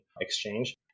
exchange